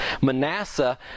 Manasseh